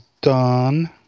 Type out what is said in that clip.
done